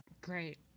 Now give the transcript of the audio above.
great